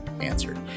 answered